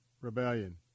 rebellion